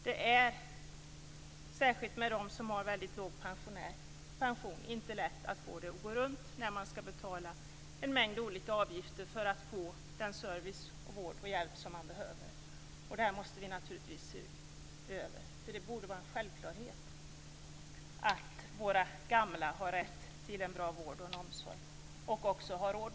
Det är särskilt för dem som har en väldigt låg pension inte lätt att få det att gå runt när de skall betala en mängd olika avgifter för att få den service, den vård och den hjälp som de behöver. Detta måste vi naturligtvis se över. Det borde vara en självklarhet att våra gamla har rätt till och råd med bra vård och omsorg.